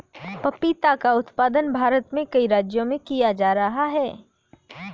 पपीता का उत्पादन भारत में कई राज्यों में किया जा रहा है